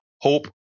hope